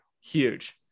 Huge